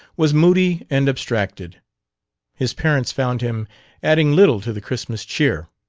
was moody and abstracted his parents found him adding little to the christmas cheer.